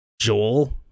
Joel